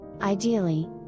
Ideally